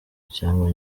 cyangwa